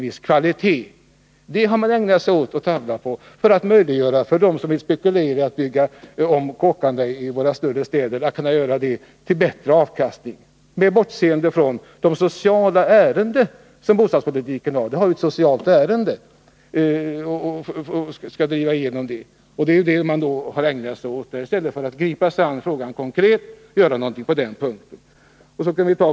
Sådant har man ägnat sig åt för att möjliggöra för dem som vill spekulera i att bygga om kåkarna i våra större städer för att få högre avkastning, bortseende ifrån det sociala ärendet som ju bostadspolitiken har. I stället för att gripa sig an med frågan konkret har man ägnat sig åt detta. Så förhåller det sig i fråga efter fråga.